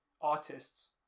artists